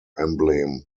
emblem